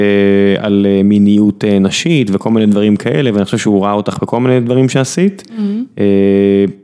על מיניות נשית וכל מיני דברים כאלה ואני חושב שהוא ראה אותך בכל מיני דברים שעשית.